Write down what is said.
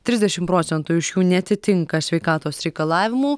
trisdešim procentų iš jų neatitinka sveikatos reikalavimų